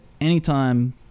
anytime